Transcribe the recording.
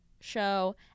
show